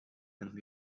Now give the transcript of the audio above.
and